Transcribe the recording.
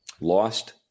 lost